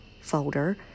folder